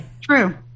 True